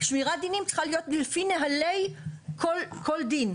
אז שמירת דינים צריכה להיות לפי נהלי כל דין.